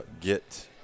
get